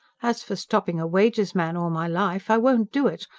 as for stopping a wages-man all my life, i won't do it.